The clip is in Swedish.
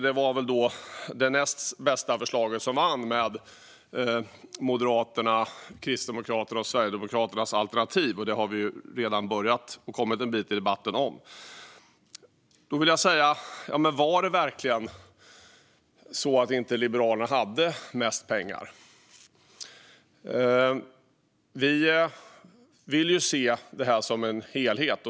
Det var väl då det näst bästa förslaget som vann med Moderaternas, Kristdemokraternas och Sverigedemokraternas alternativ, och det har vi redan kommit en bit i debatten om. Då vill jag säga: Var det verkligen så att Liberalerna inte hade mest pengar? Vi vill se det här som en helhet.